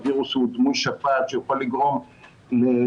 שהווירוס הוא דמוי שפעת שיכול לגרום לאשפוז,